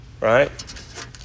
right